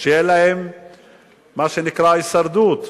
שיהיה לה מה שנקרא "הישרדות".